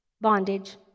bondage